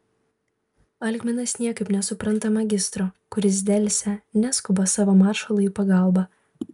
algminas niekaip nesupranta magistro kuris delsia neskuba savo maršalui į pagalbą